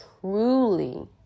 truly